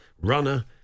runner